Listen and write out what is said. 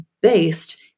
based